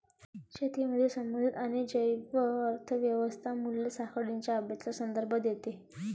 शेतीमधील संबंधित आणि जैव अर्थ व्यवस्था मूल्य साखळींच्या अभ्यासाचा संदर्भ देते